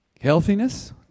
healthiness